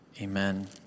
Amen